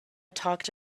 talked